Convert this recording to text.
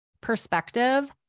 perspective